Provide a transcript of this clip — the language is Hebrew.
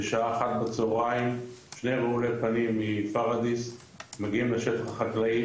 בשעה אחת בצהריים שני רעולי פנים מפוריידיס מגיעים לשטח חקלאי,